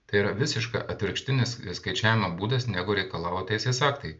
tai yra visiškai atvirkštinis skaičiavimo būdas negu reikalavo teisės aktai